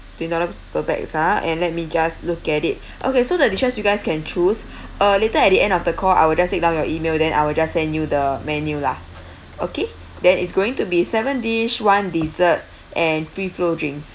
twenty dollars per pax ah and let me just look at it okay so the dishes you guys can choose uh later at the end of the call I will just take down your email then I will just send you the menu lah okay then it's going to be seven dish one dessert and free flow drinks